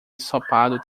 ensopado